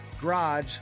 garage